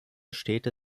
städte